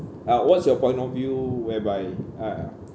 uh what's your point of view whereby uh